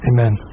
Amen